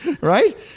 right